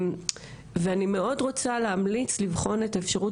ואני מאד רוצה להמליץ לבחון את האפשרות